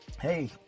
hey